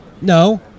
No